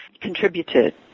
contributed